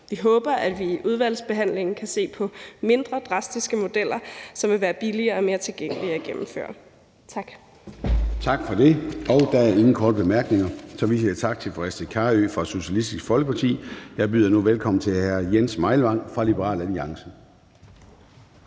Vi håber, at vi i udvalgsbehandlingen kan se på mindre drastiske modeller, som vil være billigere og mere tilgængelige at gennemføre. Tak. Kl. 14:33 Formanden (Søren Gade): Tak for det. Der er ingen korte bemærkninger, så vi siger tak til fru Astrid Carøe fra Socialistisk Folkeparti. Jeg byder nu velkommen til hr. Jens Meilvang fra Liberal Alliance.